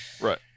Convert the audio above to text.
right